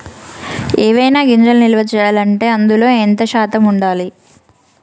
ఏవైనా గింజలు నిల్వ చేయాలంటే అందులో ఎంత శాతం ఉండాలి?